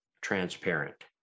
transparent